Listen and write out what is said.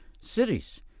cities